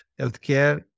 healthcare